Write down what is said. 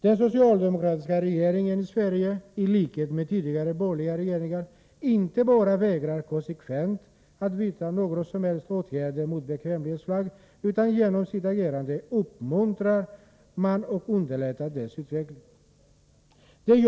Den socialdemokratiska regeringen i Sverige, i likhet med tidigare borgerliga regeringar, inte bara vägrar konsekvent att vidta några som helst åtgärder mot bekvämlighetsflaggade fartyg utan uppmuntrar och underlättar denna utveckling genom sitt agerande.